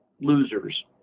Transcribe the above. losers